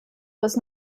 was